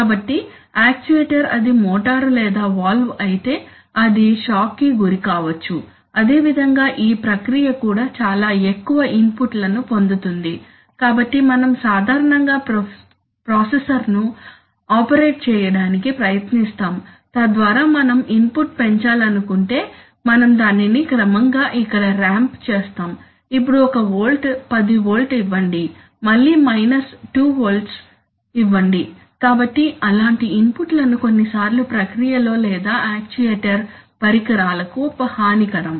కాబట్టి యాక్చుయేటర్ అది మోటారు లేదా వాల్వ్ అయితే అది షాక్కి గురి కావచ్చు అదేవిధంగా ఈ ప్రక్రియ కూడా చాలా ఎక్కువ ఇన్పుట్లను పొందుతుంది కాబట్టి మనం సాధారణంగా ప్రాసెసర్ను ఆపరేట్ చేయడానికి ప్రయత్నిస్తాము తద్వారా మనం ఇన్పుట్ పెంచాలనుకుంటే మనం దానిని క్రమంగా ఇక్కడ ర్యాంప్ చేస్తాము ఇప్పుడు 1 వోల్ట్ 10 వోల్ట్ ఇవ్వండి మళ్ళీ మైనస్ 2 వోల్ట్లు ఇవ్వండి కాబట్టి అలాంటి ఇన్పుట్లను కొన్నిసార్లు ప్రక్రియలో లేదా యాక్యుయేటర్ పరికరాలకు హానికరం